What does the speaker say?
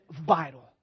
vital